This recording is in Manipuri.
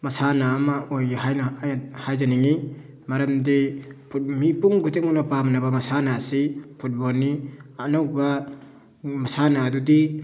ꯃꯁꯥꯟꯅ ꯑꯃ ꯑꯣꯏ ꯍꯥꯏꯅ ꯑꯩꯅ ꯍꯥꯏꯖꯅꯤꯡꯉꯤ ꯃꯔꯝꯗꯤ ꯃꯤꯄꯨꯝ ꯈꯨꯗꯤꯡꯃꯛꯅ ꯄꯥꯝꯅꯕ ꯃꯁꯥꯟꯅ ꯑꯁꯤ ꯐꯨꯠꯕꯣꯜꯅꯤ ꯑꯅꯧꯕ ꯃꯁꯥꯟꯅ ꯑꯗꯨꯗꯤ